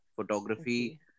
Photography